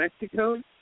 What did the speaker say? Mexico